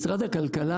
משרד הכלכלה,